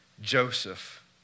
Joseph